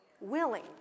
willing